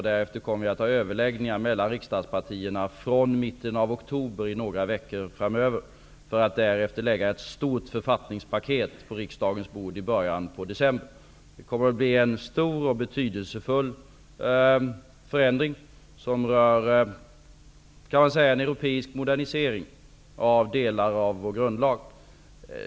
Vi kommer sedan att ha överläggningar mellan riksdagspartierna från mitten av oktober i några veckor framåt för att därefter lägga ett stort författningspaket på riksdagens bord i början av december. Det kommer att bli en stor och betydelsefull förändring, som man kan säga rör en europeisk modernisering av delar av vår grundlag.